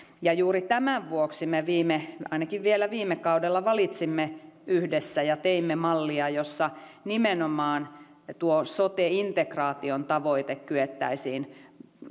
juuri tämän vuoksi me ainakin vielä viime kaudella valitsimme yhdessä ja teimme mallia jossa nimenomaan tuo sote integraation tavoite kyettäisiin